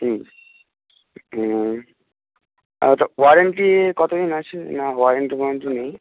হুম হুম আচ্ছা ওয়ারেন্টি কত দিন আছে না ওয়ারেন্টি ফোয়ারেন্টি নেই